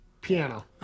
piano